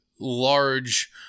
large